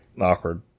Awkward